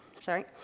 sorry